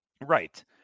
Right